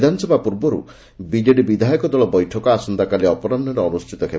ବିଧାନସଭା ପୂର୍ବରୁ ବିଜେଡି ବିଧାୟକ ଦଳ ବୈଠକ ଆସନ୍ତାକାଲି ଅପରାହ୍ବରେ ଅନୁଷ୍ଷିତ ହେବ